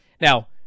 Now